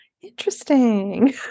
interesting